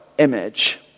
image